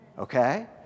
Okay